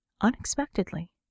unexpectedly